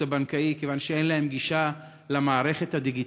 הבנקאי כיוון שאין להם גישה למערכת הדיגיטלית,